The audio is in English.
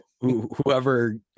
Whoever